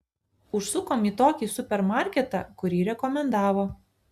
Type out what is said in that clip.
užsukom į tokį supermarketą kurį rekomendavo